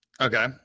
okay